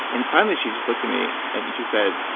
and finally, she just looked at me and and she said,